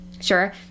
sure